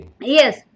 yes